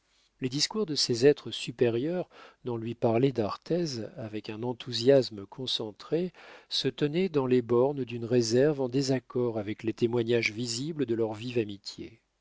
les discours de ces êtres supérieurs dont lui parlait d'arthez avec un enthousiasme concentré se tenaient dans les bornes d'une réserve en désaccord avec les témoignages visibles de leur vive amitié